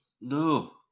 no